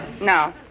No